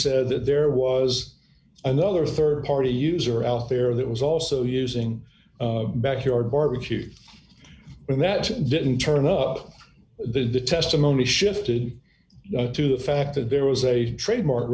said that there was another rd party user out there that was also using backyard barbecue when that didn't turn up the testimony shifted to the fact that there was a trademark